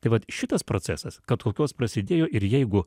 tai vat šitas procesas kad kokios prasidėjo ir jeigu